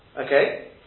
Okay